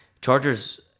Chargers